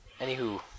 Anywho